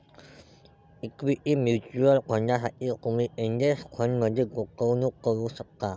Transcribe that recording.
equity mutual फंडांसाठी तुम्ही index फंडमध्ये गुंतवणूक करू शकता